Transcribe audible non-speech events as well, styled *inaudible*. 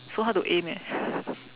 so hard to aim eh *breath*